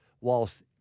whilst